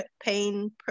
pain